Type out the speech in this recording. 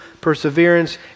perseverance